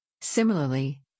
Similarly